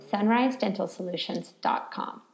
SunriseDentalSolutions.com